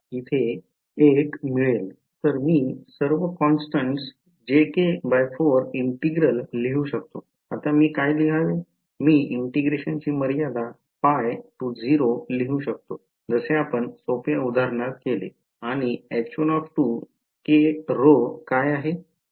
तर मी सर्व काँस्टंट्स jk4 इंटिग्रल लिहू शकतो आता मी काय लिहावे मी इंटिग्रेशनची मर्यादा π to 0 लिहू शकतो जसे आपण सोप्या उदाहरणात केले आहे आणि H1kρ काय आहे